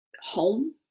home